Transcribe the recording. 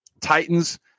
Titans